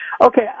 Okay